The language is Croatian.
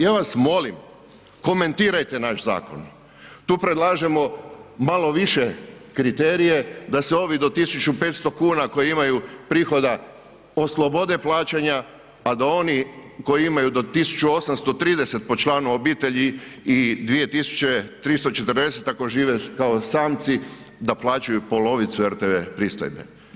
Ja vas molim, komentirajte naš zakon, tu predlažemo malo više kriterije da se ovi do 1.500 kuna koji imaju prihoda oslobode plaćanja, a da oni koji imaju do 1.830 po članu obitelji i 2.340 ako žive kao samci da plaćaju polovicu rtv pristojbe.